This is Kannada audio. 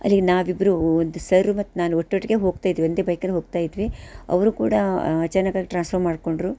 ಅಲ್ಲಿ ನಾವಿಬ್ಬರೂ ಒಂದು ಸರ್ರು ಮತ್ತು ನಾನು ಒಟ್ಟೊಟ್ಟಿಗೆ ಹೋಗ್ತಾ ಇದ್ವಿ ಒಂದೇ ಬೈಕಲ್ಲಿ ಹೋಗ್ತಾ ಇದ್ವಿ ಅವರೂ ಕೂಡ ಅಚಾನಕ್ ಆಗಿ ಟ್ರಾನ್ಸ್ಫರ್ ಮಾಡಿಕೊಂಡ್ರು